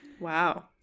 Wow